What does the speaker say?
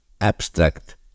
abstract